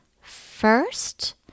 First